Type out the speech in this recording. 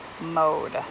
mode